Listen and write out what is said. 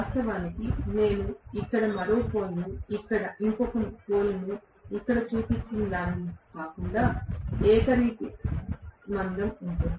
వాస్తవానికి నేను ఇక్కడ మరో పోల్ ను ఇంకొక పోల్ ను ఇక్కడ చూపించినదానిలా కాకుండా ఏకరీతి మందం ఉంటుంది